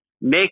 make